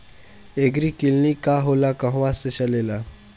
एगरी clinic का होला कहवा से चलेँला?